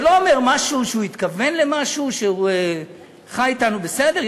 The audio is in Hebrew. זה לא אומר משהו שהוא התכוון למשהו שהוא חי אתנו בסדר?